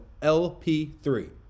LP3